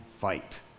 fight